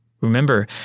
Remember